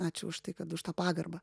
ačiū už tai kad už tą pagarbą